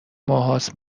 ماههاست